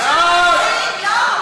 לא,